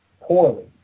poorly